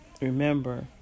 Remember